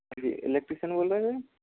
जी electrician बोल रहे हैं जी